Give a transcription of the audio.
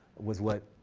was what?